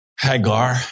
Hagar